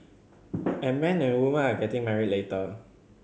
and men and women are getting married later